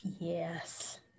Yes